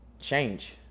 Change